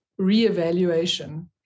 reevaluation